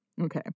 Okay